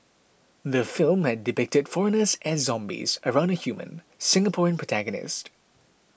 the film had depicted foreigners as zombies around a human Singaporean protagonist